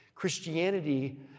Christianity